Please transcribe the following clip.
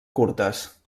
curtes